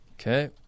Okay